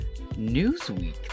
Newsweek